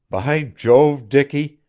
by jove, dicky!